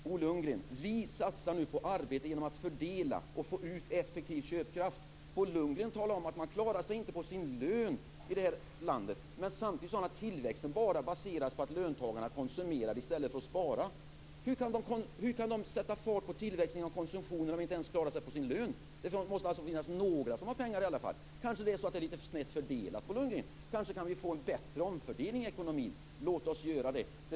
Bo Lundgren! Vi satsar nu på arbete genom att fördela och få ut effektiv köpkraft. Bo Lundgren talar om att man inte klarar sig på sin lön i det här landet. Samtidigt sade han att tillväxten bara baseras på att löntagarna konsumerar i stället för att spara. Hur kan de sätta fart på tillväxten och konsumtionen om de inte ens klarar sig på sin lön? Det måste alltså finnas några som har pengar. Det är kanske lite snett fördelat, Bo Lundgren. Vi kanske kan få en bättre omfördelning i ekonomin. Låt oss göra en sådan.